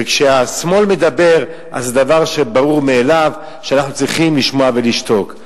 וכשהשמאל מדבר זה דבר שברור מאליו שאנחנו צריכים לשמוע ולשתוק.